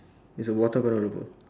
it's a water